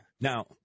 Now